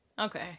Okay